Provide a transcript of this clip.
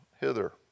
hither